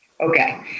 Okay